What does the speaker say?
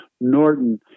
Norton